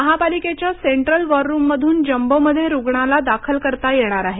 महापालिकेच्या सेंट्रल वॉररूममधूनच जम्बोमध्ये रुग्णाला दाखल करता येणार आहे